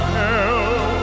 hell